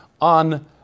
on